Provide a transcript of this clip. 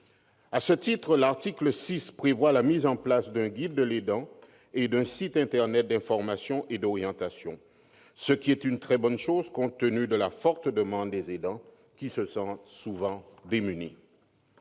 proposition de loi prévoit la mise en place d'un guide de l'aidant et d'un site internet d'information et d'orientation. C'est très bien, compte tenu de la forte demande des aidants, qui se sentent souvent démunis.